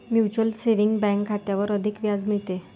mutual saving bank खात्यावर अधिक व्याज मिळते